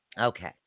Okay